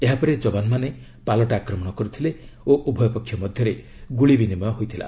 ଏହାପରେ ଯବାନମାନେ ପାଲଟା ଆକ୍ରମଣ କରିଥିଲେ ଓ ଉଭୟ ପକ୍ଷ ମଧ୍ୟରେ ଗୁଳି ବିନିମୟ ହୋଇଥିଲା